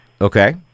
Okay